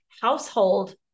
household